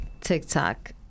TikTok